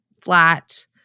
flat